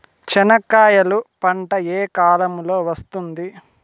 చెనక్కాయలు పంట ఏ కాలము లో వస్తుంది